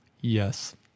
Yes